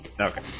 Okay